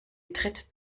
tritt